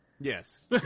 yes